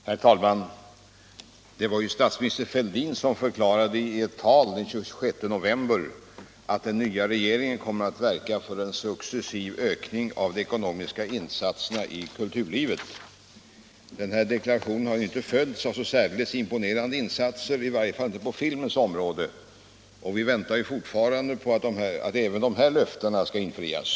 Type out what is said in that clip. Herr talman! Statsminister Fälldin förklarade i ett tal den 26 november förra året att ”den nya regeringen kommer att verka för en successiv ökning av de ekonomiska resurserna i kulturlivet”. Den deklarationen har inte följts av så särdeles imponerande insatser — i varje fall inte på filmens område. Vi väntar fortfarande på att även dessa löften skall infrias.